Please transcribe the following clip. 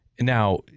Now